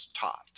taught